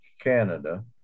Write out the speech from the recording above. canada